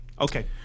Okay